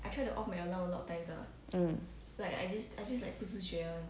um